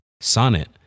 Sonnet